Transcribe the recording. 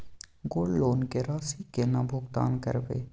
Gold loan के राशि केना भुगतान करबै?